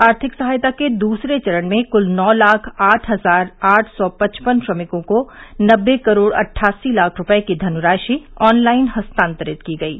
आर्थिक सहायता के दूसरे चरण में कुल नौ लाख आठ हजार आठ सौ पचपन श्रमिकों को नबे करोड़ अट्ठासी लाख रुपये की धनराशि ऑनलाइन हस्तांतरित की गयी